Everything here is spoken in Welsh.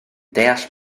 deall